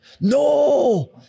No